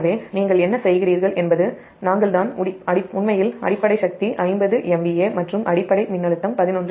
எனவே நீங்கள் என்ன செய்கிறீர்கள் என்பது நாங்கள் தான் உண்மையில் அடிப்படை சக்தி 50MVA மற்றும் அடிப்படை மின்னழுத்தம் 11KV